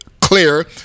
clear